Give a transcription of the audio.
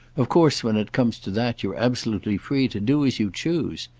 of course, when it comes to that, you're absolutely free to do as you choose.